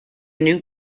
new